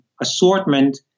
assortment